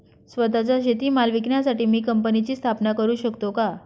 स्वत:चा शेतीमाल विकण्यासाठी मी कंपनीची स्थापना करु शकतो का?